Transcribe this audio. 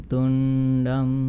Tundam